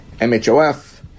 MHOF